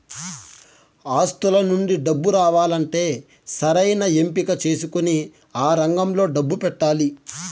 ఆస్తుల నుండి డబ్బు రావాలంటే సరైన ఎంపిక చేసుకొని ఆ రంగంలో డబ్బు పెట్టాలి